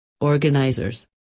Organizers